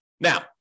Now